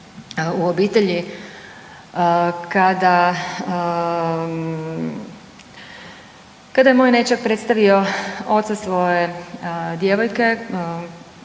u obitelji kada, kada je moj nećak predstavio oca svoje djevojke